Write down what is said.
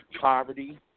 poverty